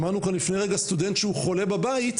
שמענו כאן לפני רגע סטודנט שהוא חולה בבית,